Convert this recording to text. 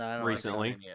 recently